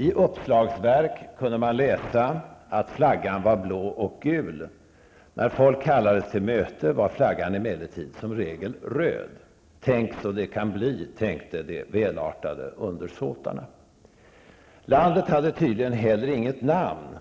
I uppslagsverk kunde man läsa att flaggan var blå och gul. När folk kallades till möte var flaggan emellertid som regel röd. Tänk så det kan bli, tänkte de välartade undersåtarna. Landet hade tydligen inte heller något namn.